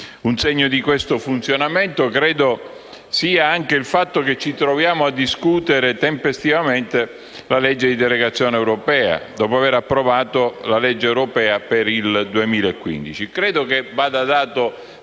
Un segno di questo funzionamento credo sia anche il fatto che ci troviamo a discutere tempestivamente la legge di delegazione europea, dopo aver approvato la legge europea per il 2015.